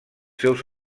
seus